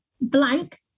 blank